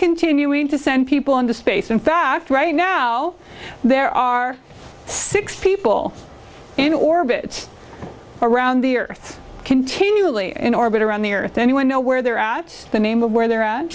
continuing to send people into space in fact right now there are six people in orbit around the earth continually in orbit around the earth anyone know where they're at the name of where they're at